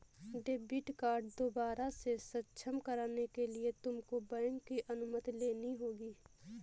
debit card दोबारा से सक्षम कराने के लिए तुमको बैंक की अनुमति लेनी होगी